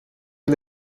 wel